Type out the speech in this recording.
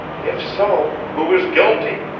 if so, who is guilty?